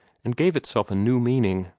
and gave itself a new meaning.